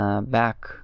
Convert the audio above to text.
back